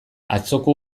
atzoko